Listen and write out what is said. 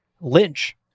Lynch